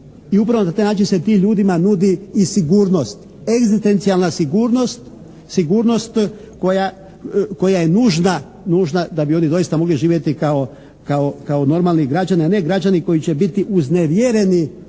I upravo na taj način se tim ljudima nudi i sigurnost. Egzistencijalna sigurnost, sigurnost koja je nužna da bi ovdje doista mogli živjeti kao normalni građani, a ne građani koji će biti uznevjerni